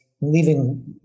leaving